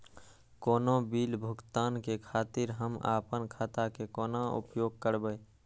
कोनो बील भुगतान के खातिर हम आपन खाता के कोना उपयोग करबै?